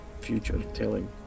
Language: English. future-telling